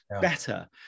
better